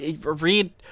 Read